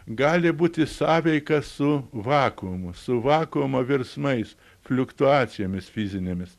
gali būti sąveika su vakuumu su vakuumo virsmais fliuktuacijomis fizinėmis